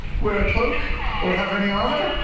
wear a cloak or have any armor?